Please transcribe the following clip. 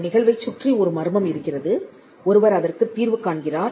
ஒரு நிகழ்வைச் சுற்றி ஒரு மர்மம் இருக்கிறது ஒருவர் அதற்குத் தீர்வு காண்கிறார்